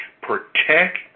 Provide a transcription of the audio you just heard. protect